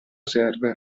server